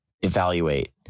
evaluate